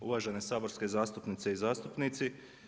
Uvažene saborske zastupnice i zastupnici.